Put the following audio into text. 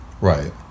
Right